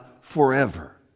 forever